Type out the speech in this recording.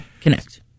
Connect